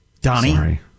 Donnie